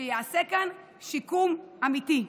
שיעשה כאן שיקום אמיתי.